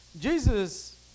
Jesus